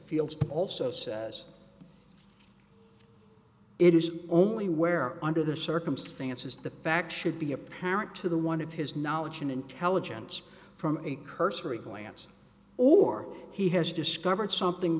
field also says it is only where under the circumstances the fact should be apparent to the one of his knowledge and intelligence from a cursory glance or he has discovered something